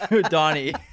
Donnie